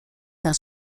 dans